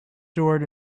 sword